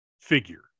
figure